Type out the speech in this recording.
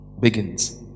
begins